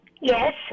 Yes